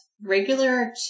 regular